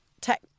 tech